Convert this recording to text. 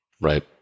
Right